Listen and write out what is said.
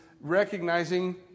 recognizing